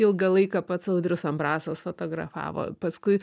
ilgą laiką pats audrius ambrasas fotografavo paskui